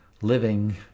living